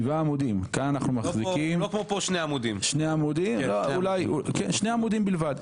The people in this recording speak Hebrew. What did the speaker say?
כאן אנחנו מחזיקים שני עמודים בלבד.